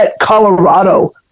Colorado